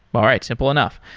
all right. simple enough.